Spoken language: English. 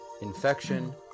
infection